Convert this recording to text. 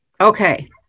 Okay